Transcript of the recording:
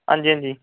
अंजी अंजी